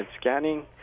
scanning